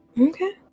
Okay